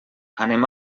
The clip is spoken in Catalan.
anem